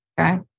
Okay